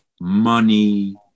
money